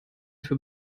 dafür